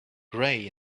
grey